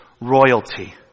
royalty